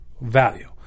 value